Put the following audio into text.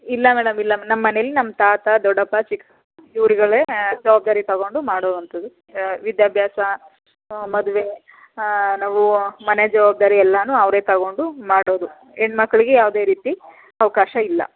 ಇಲ್ಲ ಮೇಡಮ್ ಇಲ್ಲ ನಮ್ಮನೇಲಿ ನಮ್ಮ ತಾತ ದೊಡ್ಡಪ್ಪ ಚಿಕ್ಕ ಇವರುಗಳೇ ಜವಾಬ್ದಾರಿ ತೊಗೊಂಡು ಮಾಡುವಂಥದ್ದು ವಿದ್ಯಾಭ್ಯಾಸ ಮದುವೆ ನಾವೂ ಮದು ಜವಾಬ್ದಾರಿ ಎಲ್ಲನೂ ಅವರೇ ತೊಗೊಂಡು ಮಾಡೋದು ಹೆಣ್ಮಕ್ಕಳಿಗೆ ಯಾವುದೇ ರೀತಿ ಅವಕಾಶ ಇಲ್ಲ